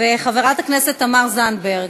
חברת הכנסת תמר זנדברג.